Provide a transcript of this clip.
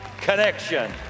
connection